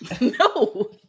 No